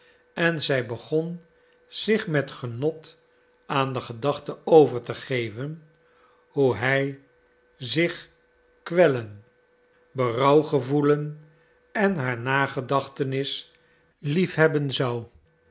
en zij begon zich met genot aan de gedachte over te geven hoe hij zich kwellen berouw gevoelen en haar nagedachtenis liefhebben zoude